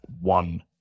one